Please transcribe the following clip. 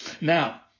Now